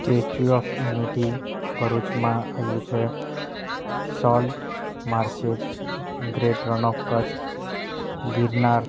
statue of Unity ભરૂચમાં આવ્યું છે salt marshes great Rann of Kutch Girnar